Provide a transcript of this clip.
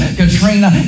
Katrina